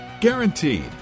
Guaranteed